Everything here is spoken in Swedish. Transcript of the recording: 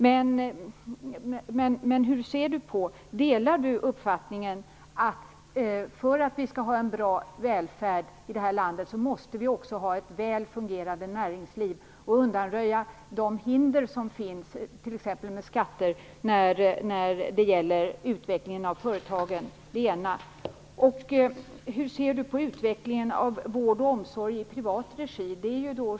Men delar Stig Sandström uppfattningen, att för att vi skall ha en bra välfärd i det här landet måste vi också ha ett väl fungerande näringsliv och undanröja de hinder, t.ex. skatter, som finns när det gäller utvecklingen av företagen? Hur ser Stig Sandström på utvecklingen när det gäller vård och omsorg i privat regi?